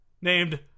named